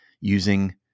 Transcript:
using